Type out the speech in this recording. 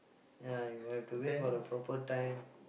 ya you have to wait for the proper time